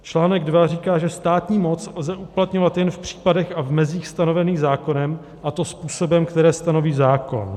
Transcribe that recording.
Článek dva říká, že státní moc lze uplatňovat jen v případech a v mezích stanovených zákonem, a to způsobem, který stanoví zákon.